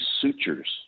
sutures